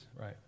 right